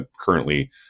currently